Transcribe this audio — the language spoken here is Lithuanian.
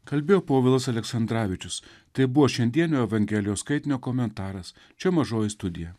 kalbėjo povilas aleksandravičius tai buvo šiandienio evangelijos skaitinio komentaras čia mažoji studija